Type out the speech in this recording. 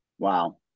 wow